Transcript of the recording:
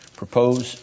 propose